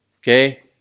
okay